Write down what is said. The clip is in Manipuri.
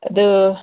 ꯑꯗꯨ